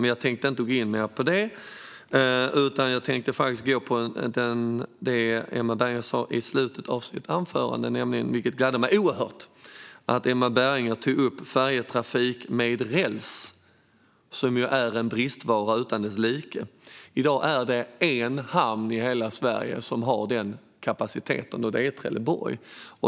Men jag tänkte inte gå in mer på det, utan jag tänkte gå in på något som Emma Berginger sa i slutet av sitt anförande och som gläder mig oerhört. Emma Berginger tog nämligen upp färjetrafik med räls, som är en bristvara utan like. I dag är det en hamn i hela Sverige som har den kapaciteten, och det är Trelleborg.